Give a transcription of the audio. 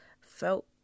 felt